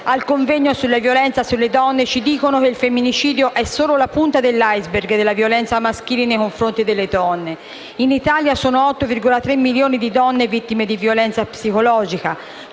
al convegno sulla violenza sulle donne, ci dicono che il femminicidio è solo la punta dell'*iceberg* della violenza maschile nei confronti delle donne. In Italia sono 8,3 milioni le donne vittime di violenza psicologica,